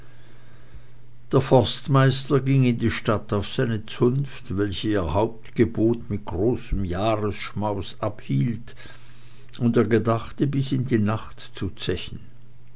der forstmeister ging in die stadt auf seine zunft welche ihr hauptgebot mit großem jahresschmaus abhielt und er gedachte bis in die nacht zu zechen